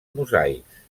mosaics